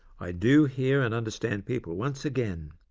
i do hear and understand people once again.